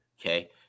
okay